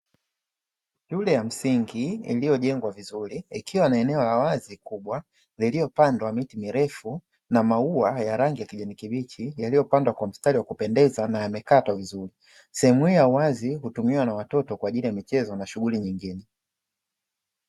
Shule ya msingi iliyojengwa vizuri ikiwa na eneo la wazi kubwa lililopandwa miti mirefu, na maua ya rangi ya kijani kibichi yaliyopandwa kwa mstari wa kupendeza na yamekatwa vizuri. Sehemu hii ya wazi hutumiwa na watoto kwaajili ya michezo na shughuli nyingine.